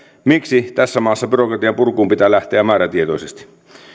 miksi tässä maassa byrokratian purkuun pitää lähteä määrätietoisesti